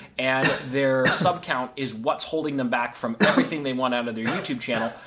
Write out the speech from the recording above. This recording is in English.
and their sub count is what's holding them back from everything they want out of their youtube channel.